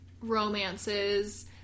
romances